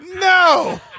no